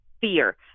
fear